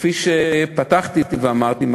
כפי שפתחתי ואמרתי,